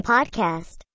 Podcast